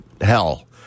hell